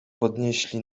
podnieśli